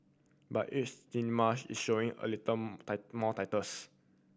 but each cinema is showing a little more titles